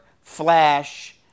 Flash